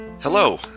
Hello